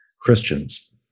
Christians